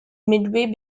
midway